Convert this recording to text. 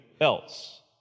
else